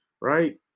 right